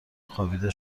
خوابیده